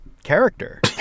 character